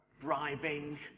Bribing